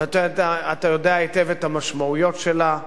ואתה יודע היטב את המשמעויות שלה,